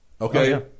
okay